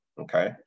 Okay